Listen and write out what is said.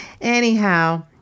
Anyhow